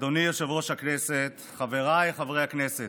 אדוני יושב-ראש הכנסת, חבריי חברי הכנסת,